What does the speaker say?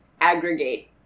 aggregate